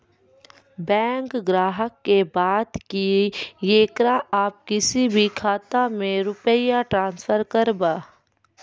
Bank ग्राहक के बात की येकरा आप किसी भी खाता मे रुपिया ट्रांसफर करबऽ?